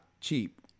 cheap